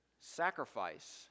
sacrifice